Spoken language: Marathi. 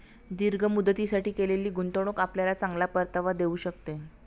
दीर्घ मुदतीसाठी केलेली गुंतवणूक आपल्याला चांगला परतावा देऊ शकते